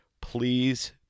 please